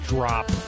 Drop